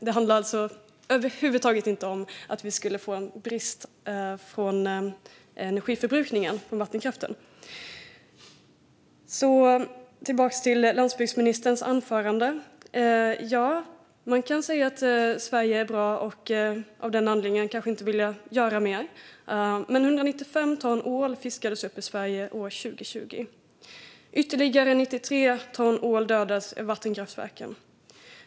Det handlar alltså över huvud taget inte om att vi skulle få brist på energi från vattenkraften. Jag går tillbaka till landsbygdsministerns anförande. Ja, man kan säga att Sverige är bra, och av den anledningen kanske man inte vill göra mer. Men 195 ton ål fiskades upp i Sverige år 2020. Ytterligare 93 ton ål dödades i vattenkraftverken.